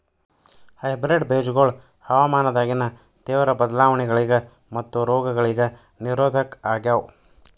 hybrid ಬೇಜಗೊಳ ಹವಾಮಾನದಾಗಿನ ತೇವ್ರ ಬದಲಾವಣೆಗಳಿಗ ಮತ್ತು ರೋಗಗಳಿಗ ನಿರೋಧಕ ಆಗ್ಯಾವ